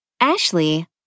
Ashley